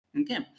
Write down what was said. okay